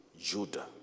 Judah